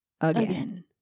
again